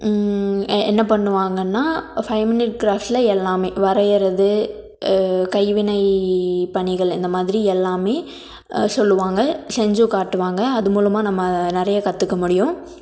என்ன பண்ணுவாங்கன்னால் five minute கிராஃப்ட்டில் எல்லாமே வரைகிறது கைவினை பணிகள் இந்த மாதிரி எல்லாமே சொல்லுவாங்க செஞ்சும் காட்டுவாங்க அது மூலமாக நம்ம நிறைய கற்றுக்க முடியும்